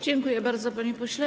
Dziękuję bardzo, panie pośle.